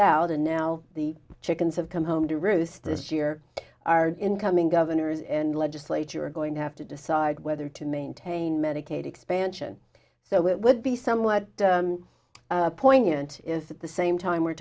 out and now the chickens have come home to roost this year our incoming governors and legislature are going to have to decide whether to maintain medicaid expansion so it would be somewhat poignant if at the same time we're